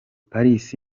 paris